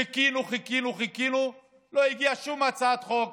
חיכינו, חיכינו, חיכינו, לא הגיעה שום הצעת חוק